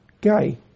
gay